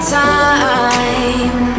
time